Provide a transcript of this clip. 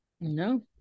No